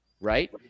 Right